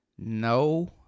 No